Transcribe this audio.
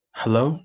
hello